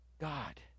God